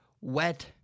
wet